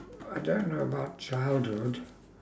I don't know about childhood